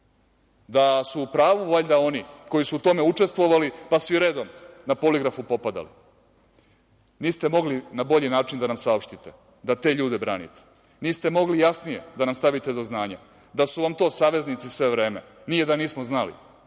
Da su u pravu valjda oni koji su u tome učestvovali, pa svi redom na poligrafu popadali. Niste mogli na bolji način da nam saopštite da te ljude branite, niste mogli jasnije da nam stavite do znanja da su vam to saveznici sve vreme. Nije da nismo znali,